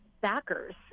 backers